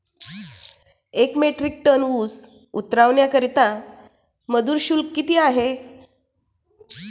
एक metric ton ऊस उतरवण्याकरता मजूर शुल्क किती आहे?